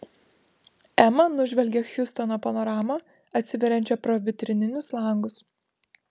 ema nužvelgė hjustono panoramą atsiveriančią pro vitrininius langus